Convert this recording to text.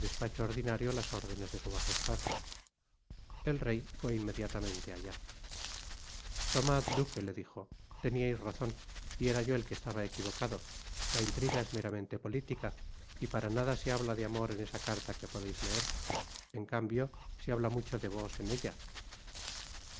las órdenes de su majestad el rey fué inmediatamente allá tomad duque le dijo teniais razon y era yo el que estaba equivocado la intriga es meramente politica y para nada se habla de amor en esta carta que podeis leer en cambio se habla mucho de vos en ella